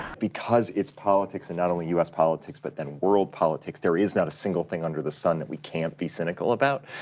because it's politics and not only us politics but then world politics there is not a single thing under the sun that we can't be cynical about.